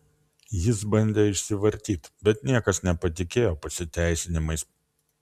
jis bandė išsivartyt bet niekas nepatikėjo pasiteisinimais